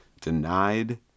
denied